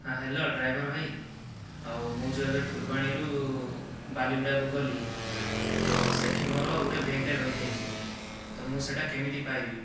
ହଁ hello driver ଭାଇ ଆଉ ମୁଁ ଯେଉଁ ଏବେ ଫୁଲବାଣୀରୁ ବାଲିଗୁଡ଼ାକୁ ଗଲି ତ ସେଠି ମୋର ଗୋଟିଏ ବ୍ୟାଗ୍ଟେ ରହିଯାଇଛି ତ ମୁଁ ସେଟା କେମିତି ପାଇବି